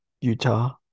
Utah